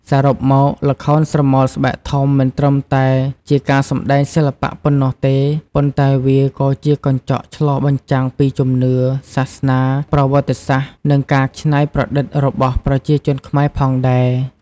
សរុបមក ល្ខោនស្រមោលស្បែកធំមិនត្រឹមតែជាការសម្តែងសិល្បៈប៉ុណ្ណោះទេ ប៉ុន្តែវាក៏ជាកញ្ចក់ឆ្លុះបញ្ចាំងពីជំនឿ សាសនា ប្រវត្តិសាស្ត្រ និងការច្នៃប្រឌិតរបស់ប្រជាជនខ្មែរផងដែរ។